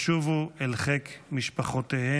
ישובו אל חיק משפחותיהם.